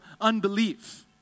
unbelief